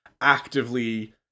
actively